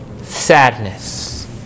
sadness